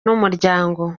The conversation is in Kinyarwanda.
n’umuryango